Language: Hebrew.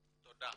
תודה.